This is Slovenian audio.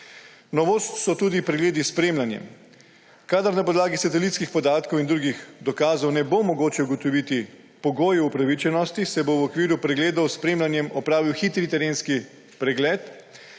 Novost so tudi pregledi s spremljanjem. Kadar na podlagi satelitskih podatkov in drugih dokazov ne bo mogoče ugotoviti pogojev upravičenosti, se bo v okviru pregledov s spremljanjem opravil hitri terenski pregled.